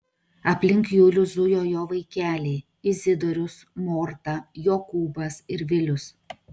aplink julių zujo jo vaikeliai izidorius morta jokūbas ir vilius